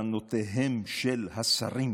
כוונותיהם של השרים